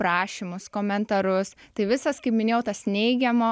prašymus komentarus tai visas kaip minėjau tas neigiamo